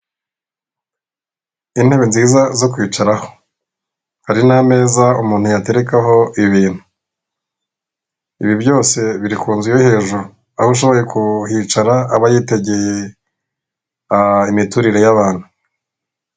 Intebe nziza zo kwicaraho hari n'ameza umuntu yaterekaho ibintu, ibi byose biri ku nzu yo hejuru, aho ushoboye kuhicara aba yitegeye imiturire y'abantu.